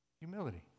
Humility